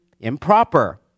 improper